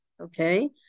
Okay